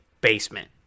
basement